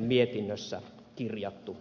mietinnössä kirjattu näkyviin